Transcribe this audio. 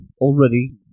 already